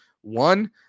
One